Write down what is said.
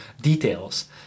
details